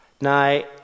Now